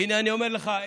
הינה, אני אומר לך,